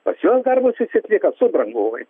pas juos darbus vis atlieka subrangovai